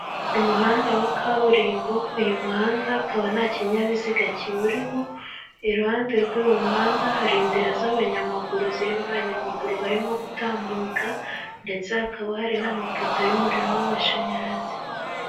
Umuhanda wa kaburimbo, uyu muhanda ukaba nta kinyabiziga kiwurimo, iruhande rw'uwo muhanda hari inzira z'abanyamaguru zirimo abanyamaguru barimo gutambuka, ndetse hakaba hari n'amapoto y'umuriro w'amashanyarazi.